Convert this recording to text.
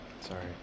Sorry